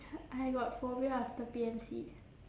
I got phobia after P_M_C